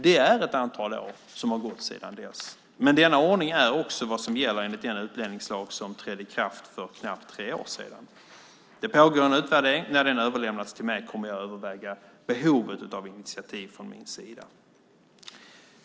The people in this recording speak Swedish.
Det är nu ett antal år som har gått sedan dess. Men denna ordning är också vad som gäller enligt den utlänningslag som trädde i kraft för knappt tre år sedan. Det pågår en utvärdering. När den har överlämnats till mig kommer jag att överväga behovet av initiativ från min sida.